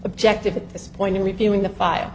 objective at this point in reviewing the file